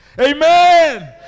Amen